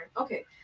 Okay